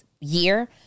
year